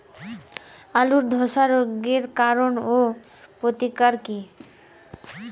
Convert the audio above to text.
আলুর ধসা রোগের কারণ ও প্রতিকার কি?